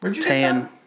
tan